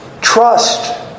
Trust